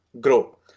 grow